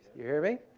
you hear me?